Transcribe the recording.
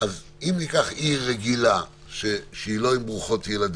אבל אני לא מכירה יישובים של 200 איש.